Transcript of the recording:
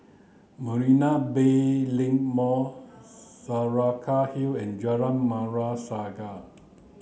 Marina Bay Link Mall Saraca Hill and Jalan Merah Saga